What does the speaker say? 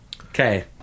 Okay